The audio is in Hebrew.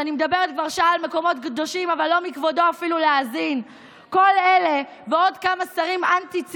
מקנה זכאות לעובד לנצל עד שמונה ימים ממכסת